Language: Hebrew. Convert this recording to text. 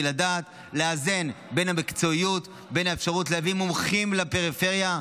לדעת לאזן בין המקצועיות לבין האפשרות להביא מומחים לפריפריה.